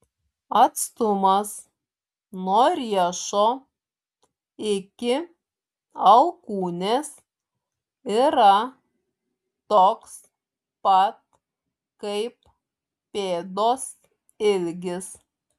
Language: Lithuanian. atstumas nuo riešo iki alkūnės yra toks pat kaip pėdos ilgis